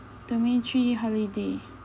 domain three holiday